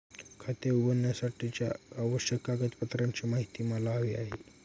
खाते उघडण्यासाठीच्या आवश्यक कागदपत्रांची माहिती मला हवी आहे